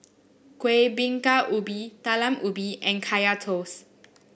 Kueh Bingka Ubi Talam Ubi and Kaya Toast